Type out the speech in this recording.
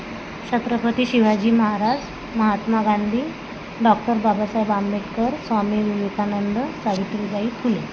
Chhatrapati Shivaji Maharaj Mahatma Gandhi doctor Babasaheb Ambedkar Swami Vivekananda Savitribai Phule